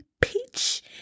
peach